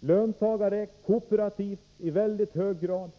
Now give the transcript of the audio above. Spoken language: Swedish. en hög grad av löntagarägande och kooperativt ägande.